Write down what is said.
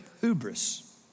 hubris